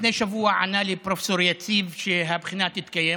לפני שבוע ענה לי פרופ' יציב שהבחינה תתקיים,